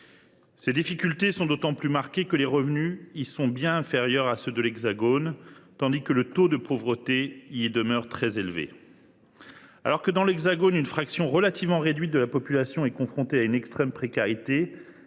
Ces difficultés sont d’autant plus dommageables que les revenus y sont bien inférieurs à ceux de l’Hexagone, tandis que le taux de pauvreté y demeure très élevé. Alors que dans l’Hexagone, une fraction relativement réduite de la population est confrontée à une extrême précarité,